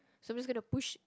so I'm just gonna push